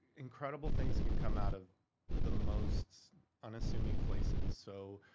incredible things can come out of the most unassuming places. so,